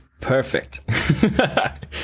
Perfect